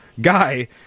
guy